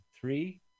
three